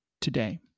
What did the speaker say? today